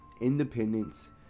independence